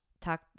talk